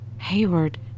Hayward